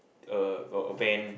uh a van